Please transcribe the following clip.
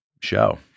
show